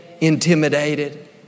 intimidated